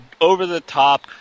over-the-top